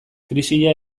krisia